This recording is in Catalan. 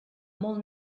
molt